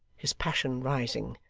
his passion rising,